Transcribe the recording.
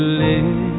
live